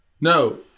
no